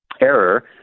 error